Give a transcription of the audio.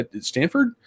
Stanford